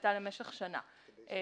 הייתה למשך שנה.